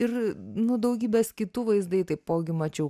ir nu daugybės kitų vaizdai taipogi mačiau